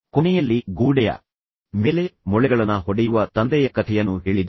ಆದ್ದರಿಂದ ಕೊನೆಯಲ್ಲಿ ನಾನು ನಿಮಗೆ ಗೋಡೆಯ ಮೇಲೆ ಮೊಳೆಗಳನ್ನ ಹೊಡೆಯುವ ತಂದೆಯ ಕಥೆಯನ್ನು ಹೇಳಿದ್ದೆ